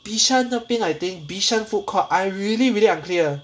bishan 那边 I think bishan food court I really really unclear